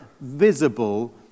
visible